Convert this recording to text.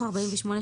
בתוך